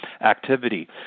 activity